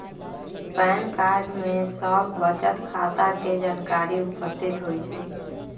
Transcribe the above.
pan card में सभ बचत खता के जानकारी उपस्थित होइ छइ